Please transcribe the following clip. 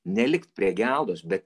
nelikt prie geldos bet